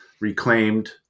reclaimed